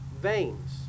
veins